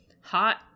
hot